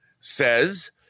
says